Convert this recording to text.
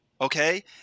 Okay